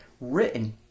written